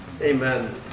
Amen